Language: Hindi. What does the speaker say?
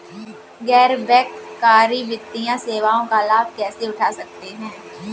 गैर बैंककारी वित्तीय सेवाओं का लाभ कैसे उठा सकता हूँ?